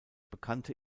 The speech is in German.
bekannte